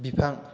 बिफां